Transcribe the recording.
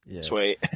Sweet